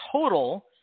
total